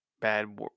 bad